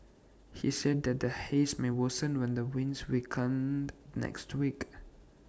he said that the haze may worsen when the winds weaken next week